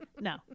No